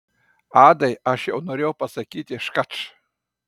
adai aš jau norėjau pasakyti škač